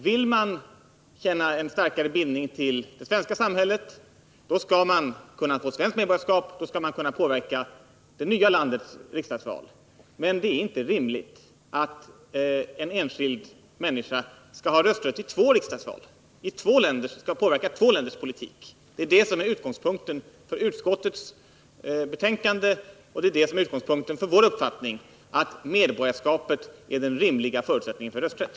Vill man känna en starkare bindning till det svenska samhället, då skall man kunna få svenskt medborgarskap och då skall man kunna påverka det nya landets riksdagsval. Men det är inte rimligt att en enskild människa skall ha rösträtt i två länders riksdagsval. Det är utgångspunkten för utskottets skrivning, och det är utgångspunkten för vår uppfattning att medborgarskapet är den rimliga förutsättningen för rösträtt.